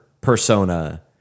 persona